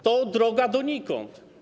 To droga donikąd.